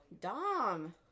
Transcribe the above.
Dom